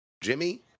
Jimmy